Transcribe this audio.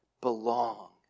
belong